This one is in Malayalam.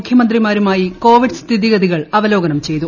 മുഖ്യമന്ത്രിമാരുമായി കോവിഡ് സ്ഥിതിഗതികൾ അവലോകനം ചെയ്തു